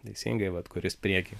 teisingai vat kuris prieky